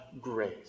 grace